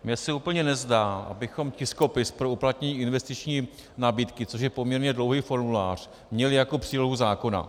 Mně se úplně nezdá, abychom tiskopis pro uplatnění investiční nabídky, což je poměrně dlouhý formulář, měli jako přílohu zákona.